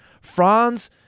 Franz